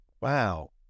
wow